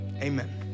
Amen